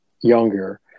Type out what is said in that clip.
younger